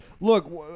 look